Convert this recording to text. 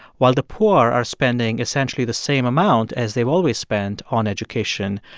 while the poor are spending essentially the same amount as they've always spent on education,